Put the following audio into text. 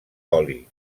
oli